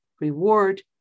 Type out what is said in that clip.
reward